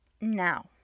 Now